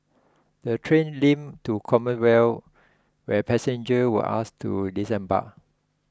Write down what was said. the train limped to Commonwealth where passenger were asked to disembark